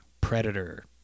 Predator